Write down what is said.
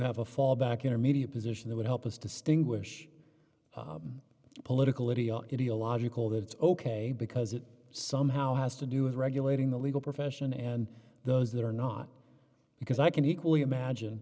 have a fallback intermediate position that would help us distinguish political ideological that it's ok because it somehow has to do with regulating the legal profession and those that are not because i can equally imagine